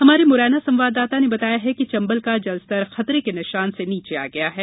हमारे मुरैना संवाददाता ने बताया कि चंबल का जलस्तर खतरे के निशान से नीचे आ गया है